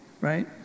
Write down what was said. right